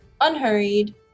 unhurried